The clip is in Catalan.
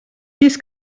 fins